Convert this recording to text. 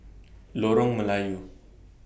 Lorong Melayu